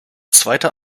zweite